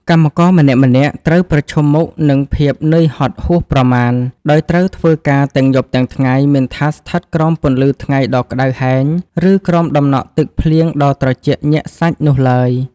កម្មករម្នាក់ៗត្រូវប្រឈមមុខនឹងភាពនឿយហត់ហួសប្រមាណ ដោយត្រូវធ្វើការទាំងយប់ទាំងថ្ងៃ មិនថាស្ថិតក្រោមពន្លឺថ្ងៃដ៏ក្ដៅហែង ឬក្រោមតំណក់ទឹកភ្លៀងដ៏ត្រជាក់ញាក់សាច់នោះឡើយ។